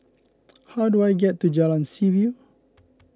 how do I get to Jalan Seaview